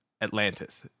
Atlantis